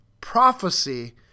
prophecy